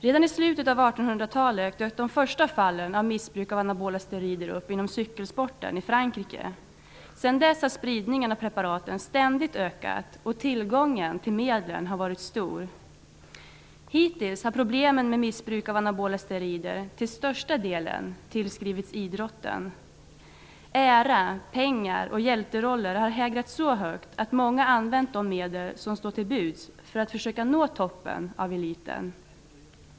Redan i slutet av 1800-talet dök de första fallen av missbruk av anabola steroider upp inom cykelsporten i Frankrike. Sedan dess har spridningen av preparaten ständigt ökat, och tillgången till medlen har varit stor. Hittills har problem med missbruk av anabola steroider till största delen tillskrivits idrotten. Ära, pengar och hjälteroller har hägrat så högt att många använt de medel som står till buds för att försöka nå toppen av eliten.